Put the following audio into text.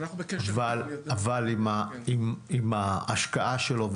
עם ההשקעה שלו,